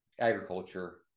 agriculture